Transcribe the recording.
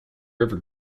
river